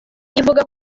ivuga